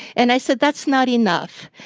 and i said that's not enough,